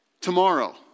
Tomorrow